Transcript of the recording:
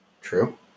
true